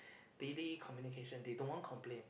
daily communication they don't want complain